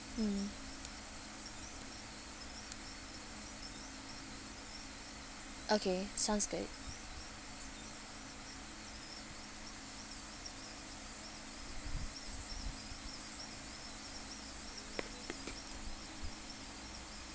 mm okay sounds good